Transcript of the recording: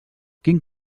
quin